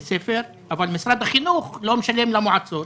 ספר אבל משרד החינוך לא משלם למועצות.